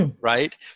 right